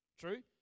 true